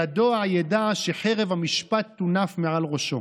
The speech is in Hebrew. ידוע ידע שחרב המשפט תונף מעל ראשו.